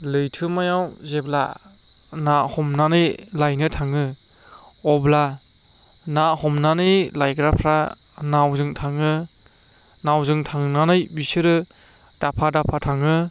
लैथोमायाव जेब्ला ना हमनानै लायनो थाङो अब्ला ना हमनानै लायग्राफ्रा नावजों थाङो नावजों थांनानै बिसोरो दफा दफा थाङो